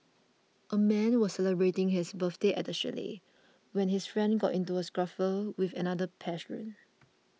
a man was celebrating his birthday at a chalet when his friends got into a scuffle with another patron